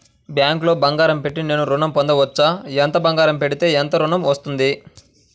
బ్యాంక్లో బంగారం పెట్టి నేను ఋణం పొందవచ్చా? ఎంత బంగారం పెడితే ఎంత ఋణం వస్తుంది?